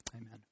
Amen